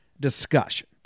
discussion